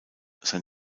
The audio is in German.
sein